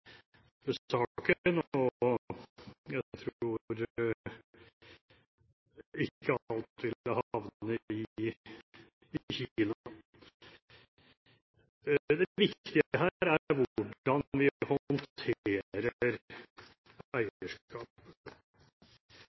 saken, og jeg tror ikke alt ville havne i Kina. Det viktige er hvordan vi håndterer